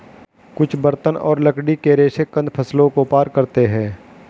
कुछ बर्तन और लकड़ी के रेशे कंद फसलों को पार करते है